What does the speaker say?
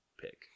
pick